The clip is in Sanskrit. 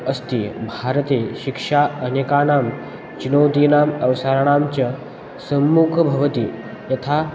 अस्ति भारते शिक्षा अनेकानां चिनोतीनाम् अवसराणां च सम्मुखः भवति यथा